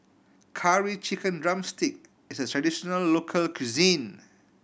Curry Chicken drumstick is a traditional local cuisine